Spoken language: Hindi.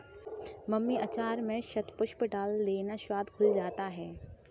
मम्मी अचार में शतपुष्प डाल देना, स्वाद खुल जाता है